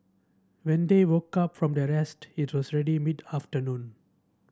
when they woke up from their rest it was ready mid afternoon